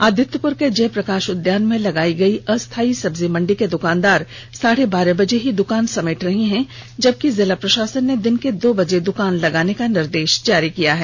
आदित्यपुर के जयप्रकाश उद्यान में लगवायी गयी अस्थाई सब्जी मंडी के दुकानदार साढ़े बारह बजे ही दुकान समेट ले रहे हैं जबकि जिला प्रशासन ने दिन के दो बजे दुकान लगाने का निर्देश जारी किया है